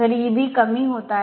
तर Eb कमी होत आहे